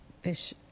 fish